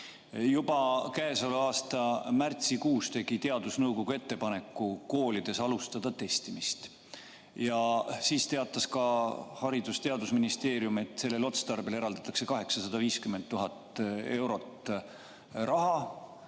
Juba käesoleva aasta märtsikuus tegi teadusnõukoda ettepaneku koolides alustada testimist. Ja siis teatas ka Haridus- ja Teadusministeerium, et sellel otstarbel eraldatakse 850 000 eurot,